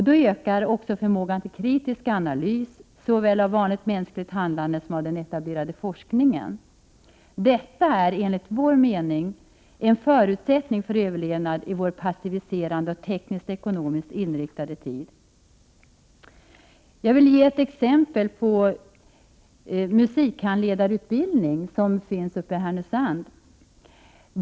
Då ökar också förmågan till kritisk analys såväl av vanligt mänskligt handlande som av den etablerade forskningen. Detta är enligt vår mening en förutsättning för överlevnad i vår passiviserande och tekniskt ekonomiskt inriktade tid. Jag vill ta musikhandledarutbildningen i Härnösand som exempel.